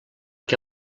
què